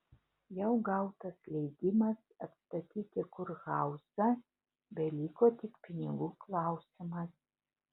jau gautas leidimas atstatyti kurhauzą beliko tik pinigų klausimas